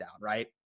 right